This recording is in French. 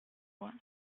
loin